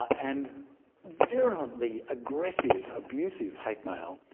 and virulently aggressive, abusive hate mail,